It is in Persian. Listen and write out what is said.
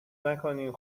نکنیم